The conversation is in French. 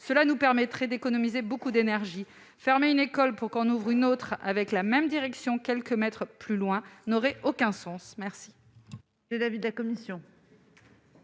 Cela nous permettrait d'économiser beaucoup d'énergie ; fermer une école pour qu'en ouvre une autre, avec la même direction, quelques mètres plus loin, n'a aucun sens ...